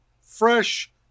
fresh